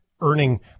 earning